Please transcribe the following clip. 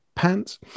pants